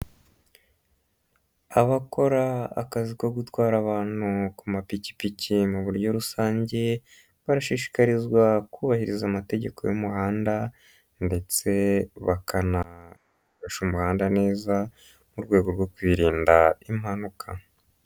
Abakora akazi ko gutwara abantu ku mapikipiki mu buryo rusange, barashishikarizwa kubahiriza amategeko y'umuhanda ndetse bakanakoresha umuhanda neza, mu rwego rwo kwirinda impanuka.